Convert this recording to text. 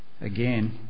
again